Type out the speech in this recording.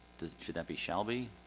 should that be shall be?